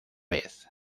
vez